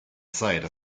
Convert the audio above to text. site